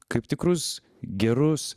kaip tikrus gerus